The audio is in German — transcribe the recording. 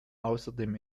außerdem